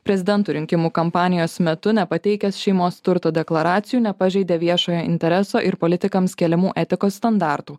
prezidento rinkimų kampanijos metu nepateikęs šeimos turto deklaracijų nepažeidė viešojo intereso ir politikams keliamų etikos standartų